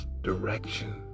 direction